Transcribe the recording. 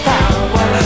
Power